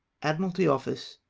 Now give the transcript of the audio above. admiralty office,